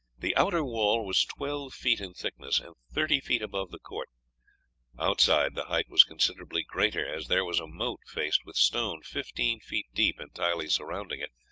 the outer wall was twelve feet in thickness, and thirty feet above the court outside the height was considerably greater, as there was a moat faced with stone fifteen feet deep entirely surrounding it,